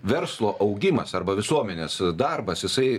verslo augimas arba visuomenės darbas jisai